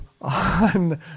on